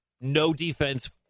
no-defense